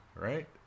right